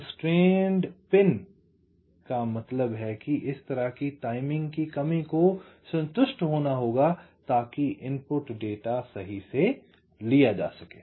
constrained pin का मतलब है कि इस तरह की टाइमिंग की कमी को संतुष्ट होना होगा तांकि इनपुट डेटा सही से लिया जा सके